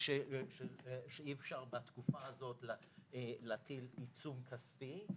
אי אפשר בתקופה הזאת להטיל עיצום כספי,